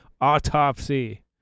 Autopsy